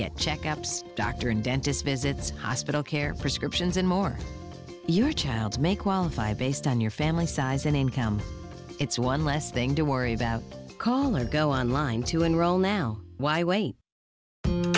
get checkups doctor dentist visits hospital care prescriptions and more your child may qualify based on your family size and income it's one less thing to worry about color go online to enroll now why wait